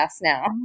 now